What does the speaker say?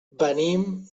venim